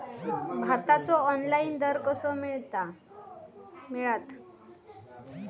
भाताचो ऑनलाइन दर कसो मिळात?